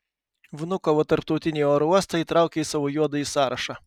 vnukovo tarptautinį oro uostą įtraukė į savo juodąjį sąrašą